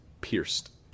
pierced